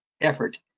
effort